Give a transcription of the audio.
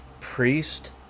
priest